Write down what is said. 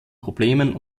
problemen